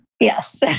Yes